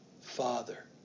Father